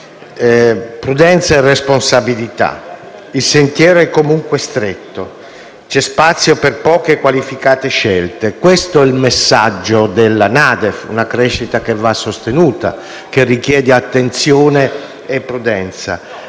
Prudenza e responsabilità: il sentiero è comunque stretto e c'è spazio per poche e qualificate scelte. Questo è il messaggio della NADEF: una crescita che va sostenuta e che richiede attenzione e prudenza.